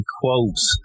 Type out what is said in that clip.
quotes